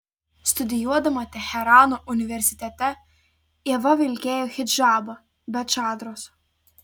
studijuodama teherano universitete ieva vilkėjo hidžabą be čadros